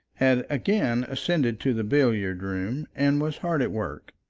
had again ascended to the billiard-room and was hard at work.